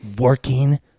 working